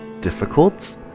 difficult